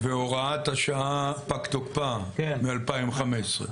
והוראת השעה פג תוקפה מ-2015.